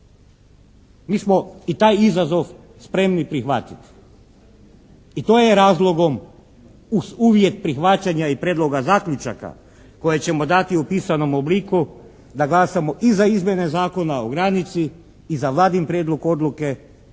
Mi smo i taj izazov spremni prihvatiti i to je razlogom uz uvjet prihvaćanja i prijedloga zaključaka koje ćemo dati u pisanom obliku da glasamo i za izmjene Zakona o granici i za Vladin prijedlog odluke